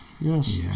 yes